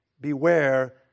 beware